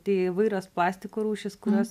tai įvairios plastiko rūšys kurios